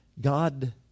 God